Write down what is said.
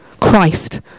Christ